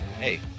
hey